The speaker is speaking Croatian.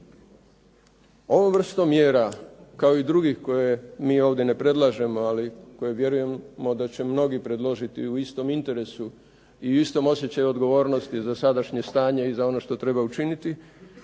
ovom vrstom mjera, kao i drugih koje mi ovdje ne predlažemo, ali koje vjerujemo da će mnogi predložiti u istom interesu i u istom osjećaju odgovornosti za sadašnje stanje i za ono što treba učiniti,